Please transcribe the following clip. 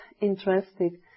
interested